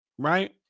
Right